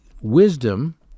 wisdom